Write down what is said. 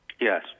Yes